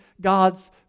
God's